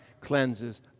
cleanses